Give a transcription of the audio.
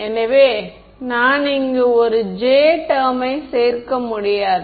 எனவே நான் இங்கு ஒரு J டெர்மை சேர்க்க முடியாது